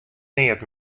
neat